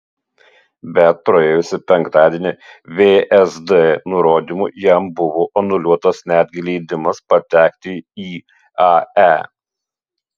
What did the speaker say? bet praėjusį penktadienį vsd nurodymu jam buvo anuliuotas netgi leidimas patekti į ae